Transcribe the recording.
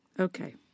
Okay